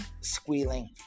squealing